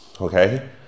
okay